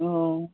ꯑꯥ